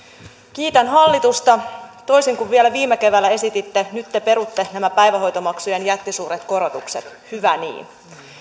kiitän hallitusta toisin kuin vielä viime keväällä esititte nyt te perutte nämä päivähoitomaksujen jättisuuret korotukset hyvä niin